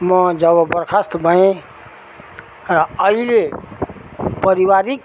म जब बर्खास्त भएँ अहिले पारिवारिक